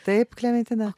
taip klementina